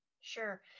Sure